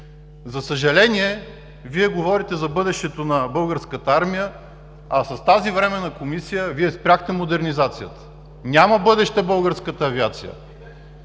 За съжаление, Вие говорите за бъдещето на Българската армия, а с тази Временна комисия спряхте модернизацията. Няма бъдеще българската авиация!